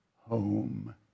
home